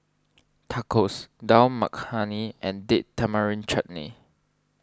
Tacos Dal Makhani and Date Tamarind Chutney